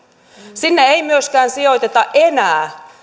sinne ei myöskään sijoiteta enää